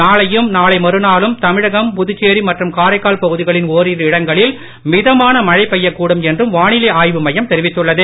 நாளையும் நாளை மறுநாளும் தமிழகம் புதுச்சேரி மற்றும் காரைக்கால் பகுதிகளின் ஒரிரு இடங்களில் மிதமான மழை பெய்யக் கூடும் என்றும் வானிலை ஆய்வு மையம் தெரிவித்துள்ளது